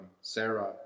Sarah